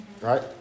right